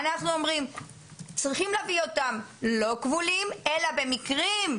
אנחנו אומרים שצריכים להביא אותם לא כבולים אלא במקרים.